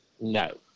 No